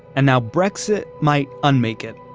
and now brexit might unmake it.